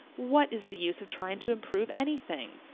what is the use of trying to improve anything?